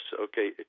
okay